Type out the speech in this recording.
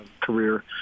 career